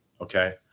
okay